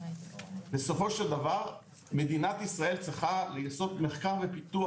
בסופו של דבר מדינת ישראל צריכה לעשות מחקר ופיתוח